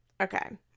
Okay